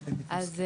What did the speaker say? בילטרליים.